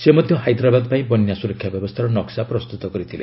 ସେ ମଧ୍ୟ ହାଇଦ୍ରାବାଦ ପାଇଁ ବନ୍ୟା ସୁରକ୍ଷା ବ୍ୟବସ୍ଥାର ନକ୍ସା ପ୍ରସ୍ତୁତ କରିଥିଲେ